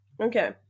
Okay